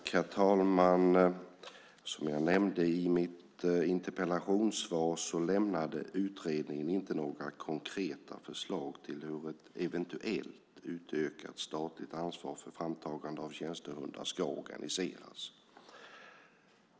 Herr talman! Som jag nämnde i mitt interpellationssvar lämnade utredningen inte några konkreta förslag till hur ett eventuellt utökat statligt ansvar för framtagande av tjänstehundar ska organiseras.